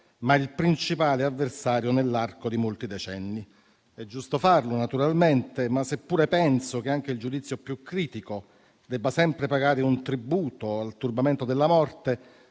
ma il principale avversario nell'arco di molti decenni. È giusto farlo, naturalmente. Ma, seppure penso che anche il giudizio più critico debba sempre pagare un tributo al turbamento della morte,